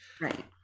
right